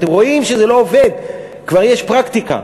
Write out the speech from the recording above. אתם רואים שזה לא עובד, כבר יש פרקטיקה.